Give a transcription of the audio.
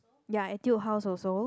ya Etude-House also